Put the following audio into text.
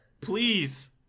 Please